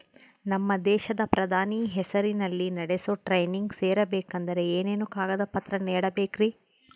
ನಮ್ಮ ದೇಶದ ಪ್ರಧಾನಿ ಹೆಸರಲ್ಲಿ ನಡೆಸೋ ಟ್ರೈನಿಂಗ್ ಸೇರಬೇಕಂದರೆ ಏನೇನು ಕಾಗದ ಪತ್ರ ನೇಡಬೇಕ್ರಿ?